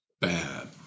bad